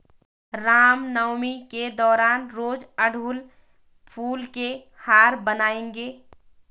रामनवमी के दौरान रोज अड़हुल फूल के हार बनाएंगे